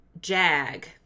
JAG